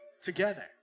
Together